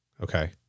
Okay